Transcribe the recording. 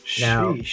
Now